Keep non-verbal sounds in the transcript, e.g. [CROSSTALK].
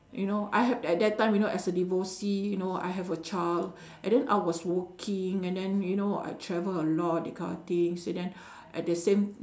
you know I have at that time when I was a divorcee you know I have a child [BREATH] and then I was working and then you know I travel a lot that kind of things and then [BREATH] at the same